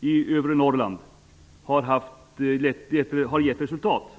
i övre Norrland, har gett resultat.